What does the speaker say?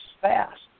fast